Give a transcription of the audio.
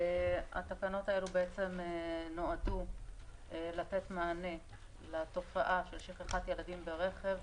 התקנות האלה נועדו לתת מענה לתופעה של שכחת ילדים ברכב,